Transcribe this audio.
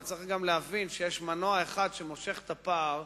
אבל צריך גם להבין שיש מנוע אחד שמושך את הפער,